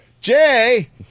Jay